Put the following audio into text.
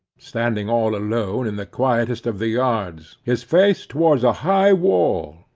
standing all alone in the quietest of the yards, his face towards a high wall,